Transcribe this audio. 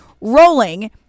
rolling